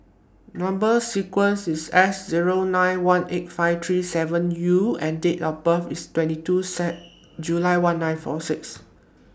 Number sequences IS S Zero nine one eight five three seven U and Date of birth IS twenty two set July one nine four six